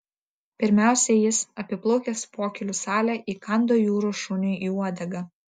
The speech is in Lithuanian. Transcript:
pirmiausia jis apiplaukęs pokylių salę įkando jūros šuniui į uodegą